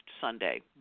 Sunday